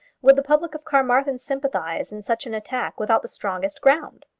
would the public of carmarthen sympathise in such an attack without the strongest ground?